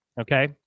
okay